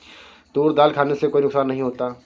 तूर दाल खाने से कोई नुकसान नहीं होता